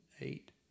eight